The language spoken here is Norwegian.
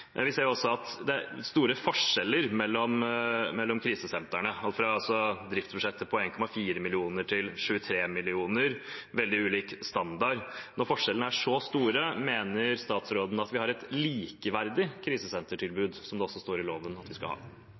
Vi ser også at det er store forskjeller mellom krisesentrene, og med et driftsbudsjett på fra 1,4 mill. kr til 23 mill. kr er det veldig ulik standard. Det neste spørsmålet: Når forskjellene er så store, mener statsråden da at vi har et likeverdig krisesentertilbud, som det også står i loven at vi skal ha?